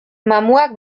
mamuak